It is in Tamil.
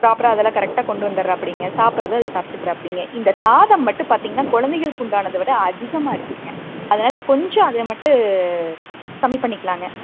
ப்ராப்பராக அது எல்லாம் கரெக்டாக கொண்டு வந்துறாப்பிடிங்க சாப்பிட்றது அது சாப்பிட்டுக்கறாப்பிடிங்க இந்த சாதம் மட்டும் பார்த்தீங்கன்னா குழந்தைக்களுக்கு உண்டானதை விட அதிகமாக இருக்குதுங்க அதனால கொஞ்சம் அதை மட்டும் கம்மி பண்ணிக்கலாங்க